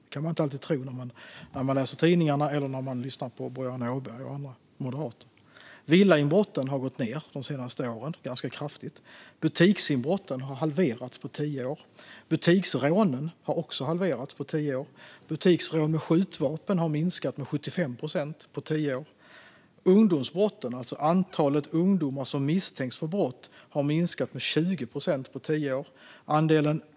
Det kan man inte alltid tro när man läser tidningarna eller när man lyssnar på Boriana Åberg och andra moderater. Villainbrotten har gått ned ganska kraftigt de senaste åren. Butiksinbrotten har halverats på tio år. Butiksrånen har också halverats på tio år. Butiksrånen med skjutvapen har minskat med 75 procent på tio år. Ungdomsbrotten, antalet ungdomar som misstänks för brott, har minskat med 20 procent på tio år.